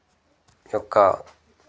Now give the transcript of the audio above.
యొక్క